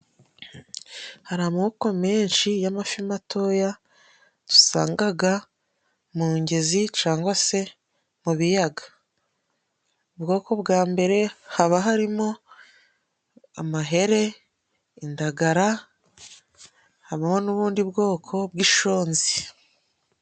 Hari amoko menshi y'amafi matoya dusanga mu migezi cyangwa se mu biyaga. Ubwoko bwa mbere haba harimo amahere, indagara, habaho n'ubundi bwoko bw'inshonzi.